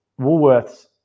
Woolworths